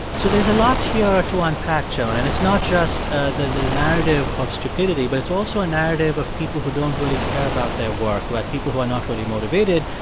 so there's a lot here to unpack, joan. and it's not just ah the narrative of stupidity, but it's also a narrative of people who don't really care about their work people who are not really motivated.